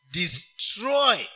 destroy